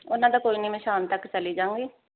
ਉਹਨਾਂ ਦਾ ਕੋਈ ਨਹੀਂ ਮੈਂ ਸ਼ਾਮ ਤੱਕ ਚਲੇ ਜਾਊਂਗੀ